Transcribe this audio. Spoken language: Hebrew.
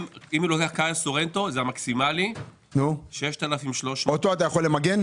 אם הוא לוקח קיה סורנטו זה המקסימלי 6,300. אותו אתה יכול למגן?